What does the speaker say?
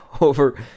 Over